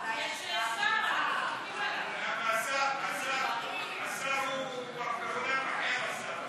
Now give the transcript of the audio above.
לא, עזבי את הממשלה הקודמת.